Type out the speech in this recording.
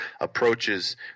approaches